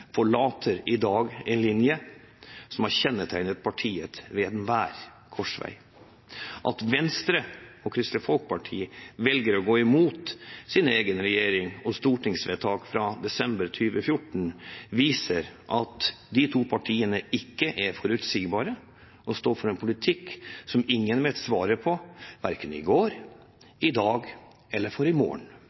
forlater i dag en linje som har kjennetegnet partiet ved enhver korsvei. At Venstre og Kristelig Folkeparti velger å gå imot sine egne samarbeidspartier og stortingsvedtak, med tilhørende kgl. resolusjon av 19. desember 2014, viser at de to partiene ikke er forutsigbare, og at de står for en politikk som ingen vet svaret på – verken i går, i dag eller i morgen.